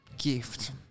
gift